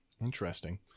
Interesting